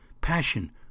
passion